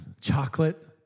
chocolate